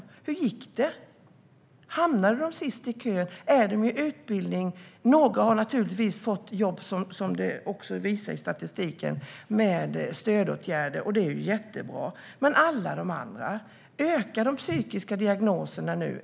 Hur gick det? Hamnade de sist i kön? Är de i utbildning? Några har förstås fått jobb med stödåtgärder, vilket statistiken visar, och det är jättebra. Men hur har det gått för alla de andra? Ökar de psykiska diagnoserna nu?